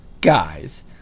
guys